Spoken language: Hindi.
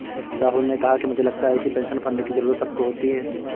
राहुल ने कहा कि मुझे लगता है कि पेंशन फण्ड की जरूरत सबको होती है